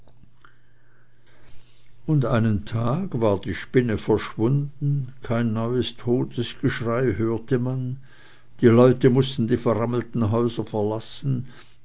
und einen tag war die spinne verschwunden kein neues todesgeschrei hörte man die leute mußten die versammelten häuser verlassen